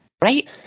right